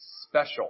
special